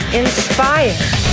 inspired